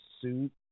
suit